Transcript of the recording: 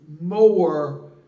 more